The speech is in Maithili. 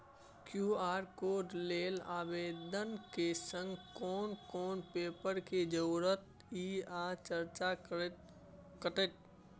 क्यू.आर कोड लेल आवेदन के संग कोन कोन पेपर के जरूरत इ आ चार्ज कत्ते कटते?